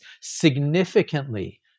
Significantly